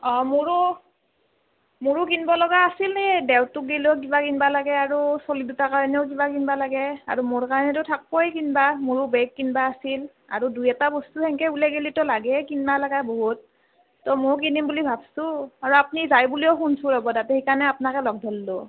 অঁ মোৰো মোৰো কিনব লাগা আছিলেই দেওৰটোক দিলেও কিনবা লাগে আৰু চলি দুটাৰ কাৰণেও কিবা কিনবা লাগে আৰু মোৰ কাৰণেটো থাকবই কিবা মোৰো বেগ কিনবা আছিল আৰু দুই এটা বস্তু হেংকে ওলেই গেলিটো লাগেই কিনবা বহুত তে মইয়ো কিনিম বুলি ভাবছোঁ আৰু আপনি যাই বুলিও শুনছোঁ তাতে সেইকাৰণে আপনাকে লগ ধৰছোঁ